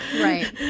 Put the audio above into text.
right